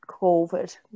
Covid